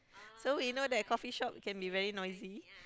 so we know that coffeeshop can be very noisy